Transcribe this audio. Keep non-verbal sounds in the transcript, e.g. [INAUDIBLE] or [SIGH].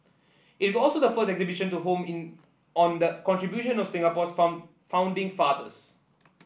it's also the first such exhibition to home in on the contribution of Singapore's [UNINTELLIGIBLE] founding fathers